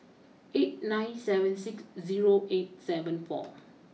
eight nine seven six zero eight seven four